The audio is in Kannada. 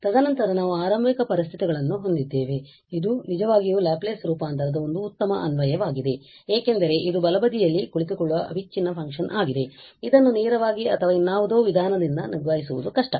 ತದನಂತರ ನಾವು ಆರಂಭಿಕ ಪರಿಸ್ಥಿತಿಗಳನ್ನು ಹೊಂದಿದ್ದೇವೆ ಮತ್ತು ಇದು ನಿಜವಾಗಿಯೂ ಲ್ಯಾಪ್ಲೇಸ್ ರೂಪಾಂತರದ ಒಂದು ಉತ್ತಮ ಅನ್ವಯವಾಗಿದೆ ಏಕೆಂದರೆ ಇದು ಬಲಬದಿಯಲ್ಲಿ ಕುಳಿತುಕೊಳ್ಳುವ ಅವಿಚ್ಛಿನ್ನ ಫಂಕ್ಷನ್ ಆಗಿದೆ ಇದನ್ನು ನೇರವಾಗಿ ಅಥವಾ ಇನ್ನಾವುದೋ ವಿಧಾನದಿಂದ ನಿಭಾಯಿಸುವುದು ಕಷ್ಟ